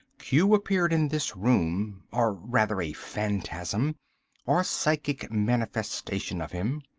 q appeared in this room, or rather, a phantasm or psychic manifestation of him.